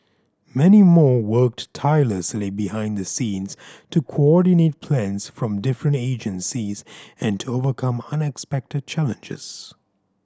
many more worked tirelessly behind the scenes to coordinate plans from different agencies and to overcome unexpected challenges